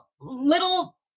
little